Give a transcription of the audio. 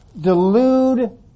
delude